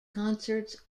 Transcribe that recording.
concerts